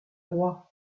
roi